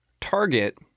Target